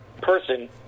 person